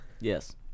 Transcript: Yes